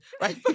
right